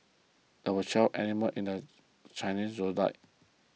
there are twelve animals in the Chinese zodiac